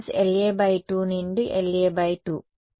L A2 నుండి L A 2